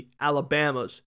Alabama's